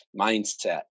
mindset